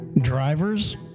Drivers